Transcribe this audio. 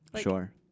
Sure